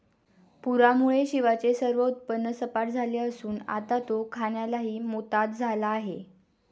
पूरामुळे शिवाचे सर्व उत्पन्न सपाट झाले असून आता तो खाण्यालाही मोताद झाला आहे